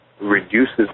reduces